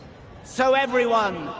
so everyone,